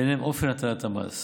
וביניהן אופן הטלת המס,